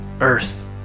Earth